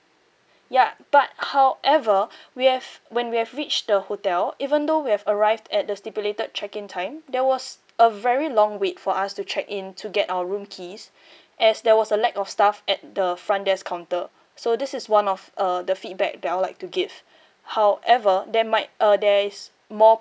ya but however we have when we have reached the hotel even though we have arrived at the stipulated check in time there was a very long wait for us to check in to get our room keys as there was a lack of staff at the front desk counter so this is one of uh the feedback that I would like to give however there might uh there is more